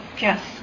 Yes